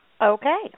Okay